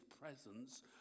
presence